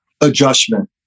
adjustment